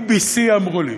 BBC אמרו לי.